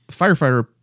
firefighter